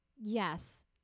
yes